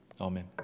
Amen